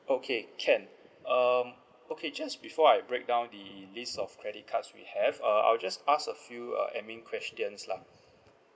okay can um okay just before I break down the list of credit cards we have uh I'll just ask a few uh administration questions lah